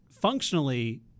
functionally